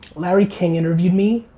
larry king interviewed me.